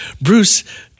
Bruce